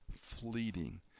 fleeting